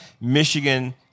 Michigan